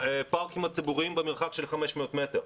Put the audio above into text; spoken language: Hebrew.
הפארקים הציבוריים במרחק של 500 מטר.